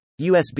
USB